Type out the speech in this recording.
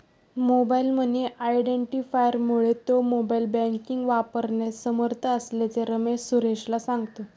mobile money आयडेंटिफायरमुळे तो mobile banking वापरण्यास समर्थ असल्याचे रमेश सुरेशला सांगतो